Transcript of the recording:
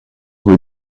will